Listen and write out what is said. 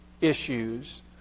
issues